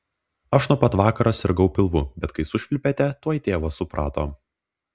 aš nuo pat vakaro sirgau pilvu bet kai sušvilpėte tuoj tėvas suprato